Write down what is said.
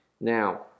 Now